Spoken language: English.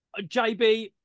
JB